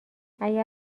اگر